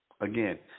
Again